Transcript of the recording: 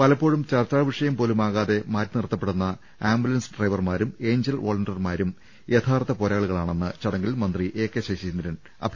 പലപ്പോഴും ചർച്ചാവിഷയം പോലുമാകാതെ മാറ്റിനിർത്തപ്പെടുന്ന ആംബുലൻസ് ഡ്രൈവർമാരും ഏഞ്ചൽ വൊളണ്ടി യർമാരും യഥാർത്ഥ പോരാളികളാണെന്ന് ചടങ്ങിൽ മന്ത്രി എ കെ ശശീന്ദ്രൻ അഭിപ്രായപ്പെട്ടു